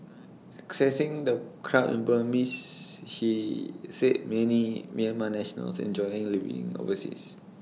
accessing the crowd in Burmese she said many Myanmar nationals enjoy living overseas